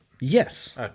Yes